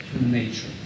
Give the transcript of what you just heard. nature